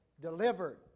delivered